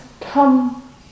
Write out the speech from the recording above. come